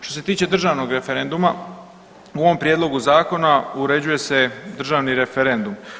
Što se tiče državnog referenduma, u ovom Prijedlogu zakona uređuje se državni referendum.